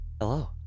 Hello